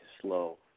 slow